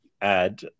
add